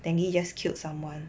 dengue just killed someone